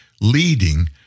leading